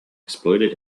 exploited